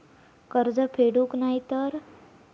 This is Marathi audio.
कर्ज फेडूक नाय तर?